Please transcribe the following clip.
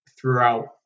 throughout